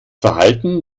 verhalten